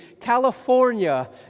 California